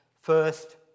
first